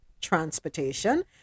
transportation